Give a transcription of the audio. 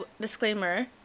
disclaimer